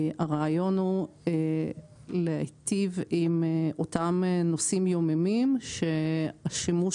הרעיון הוא להיטיב עם אותם נוסעים יוממים שהשימוש